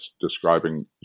describing